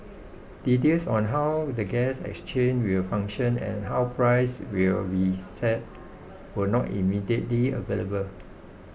details on how the gas exchange will function and how prices will be set were not immediately available